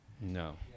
No